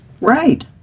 Right